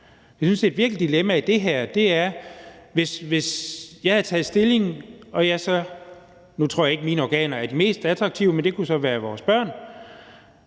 Jeg synes, der virkelig er et dilemma i det her. Nu tror jeg ikke, mine organer er de mest attraktive, men det kunne så være vores børn,